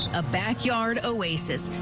ah backyard oasis.